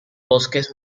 bosques